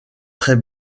très